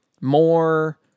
more